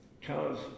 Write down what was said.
Charles